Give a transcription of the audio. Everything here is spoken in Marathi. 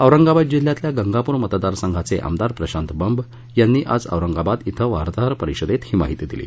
औरंगाबाद जिल्ह्यातल्या गंगापूर मतदार संघाचे आमदार प्रशांत बंब यांनी आज औरंगाबाद ॐ वार्ताहर परिषदेत ही माहिती दिली